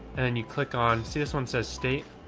and then you click on, see this one says state,